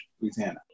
Louisiana